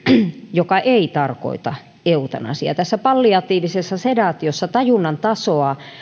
joka ei tarkoita eutanasiaa tässä palliatiivisessa sedaatiossa tajunnan tasoa